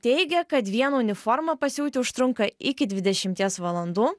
teigia kad vieną uniformą pasiųti užtruka iki dvidešimties valandų